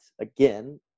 again